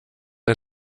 ein